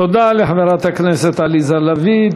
תודה לחברת הכנסת עליזה לביא.